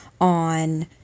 on